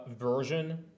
version